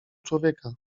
człowieka